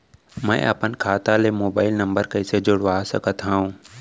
मैं अपन खाता ले मोबाइल नम्बर कइसे जोड़वा सकत हव?